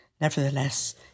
nevertheless